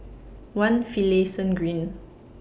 one Finlayson Green